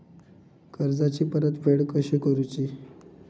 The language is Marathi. कर्जाची परतफेड कशी करूची?